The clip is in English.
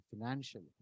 financially